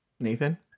nathan